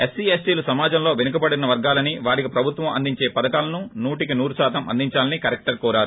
ఎస్పీలు సమాజంలో వెనుకబడిన వర్గాలని వారికి ప్రభుత్వం అందించే పథకాలను నూటికి నూరు శాతం అందించాలని కలెక్టర్ కోరారు